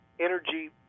energy